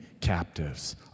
captives